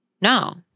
No